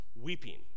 weeping